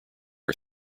are